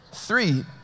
Three